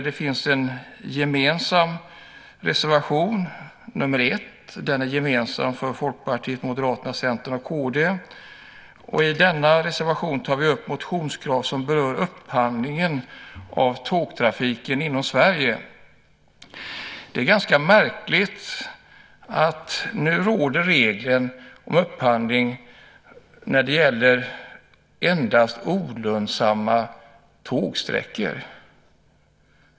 Det finns en gemensam reservation, nr 1, för Folkpartiet, Moderaterna, Centern och kd. I denna reservation tar vi upp motionskrav som berör upphandlingen av tågtrafiken inom Sverige. Det är märkligt att det nu finns en regel om upphandling för endast olönsamma tågsträckor.